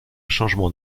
changement